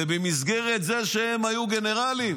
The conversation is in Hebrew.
ובמסגרת זה שהם היו גנרלים